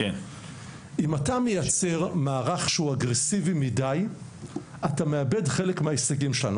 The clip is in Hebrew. אם אתה מייצר מערך אגרסיבי מדיי אתה מאבד חלק מההישגים שלנו.